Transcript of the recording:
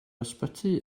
ysbyty